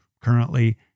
currently